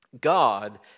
God